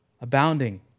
abounding